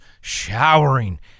showering